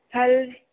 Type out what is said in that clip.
फल